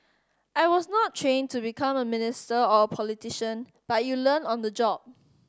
I was not trained to become a minister or a politician but you learn on the job